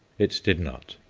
it did not.